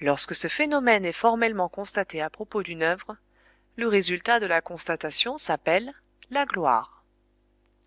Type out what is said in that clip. lorsque ce phénomène est formellement constaté à propos d'une œuvre le résultat de la constatation s'appelle la gloire